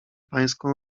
pańską